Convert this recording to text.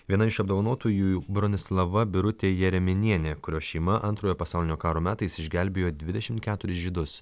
viena iš apdovanotųjų bronislava birutė jereminienė kurios šeima antrojo pasaulinio karo metais išgelbėjo dvidešimt keturis žydus